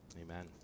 Amen